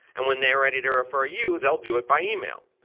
and when they're ready to refer you, they'll do it by email.